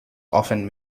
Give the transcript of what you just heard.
often